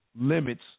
limits